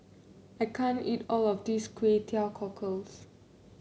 I can't eat all of this Kway Teow Cockles